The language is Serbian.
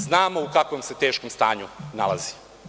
Znamo u kakvom se teškom stanju nalazi.